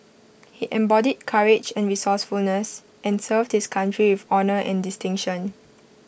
he embodied courage and resourcefulness and served his country with honour and distinction